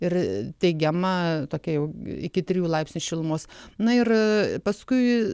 ir teigiama tokia jau iki trijų laipsnių šilumos na ir paskui